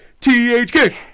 thk